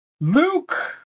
Luke